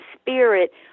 Spirit